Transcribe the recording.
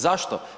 Zašto?